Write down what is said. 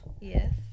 Yes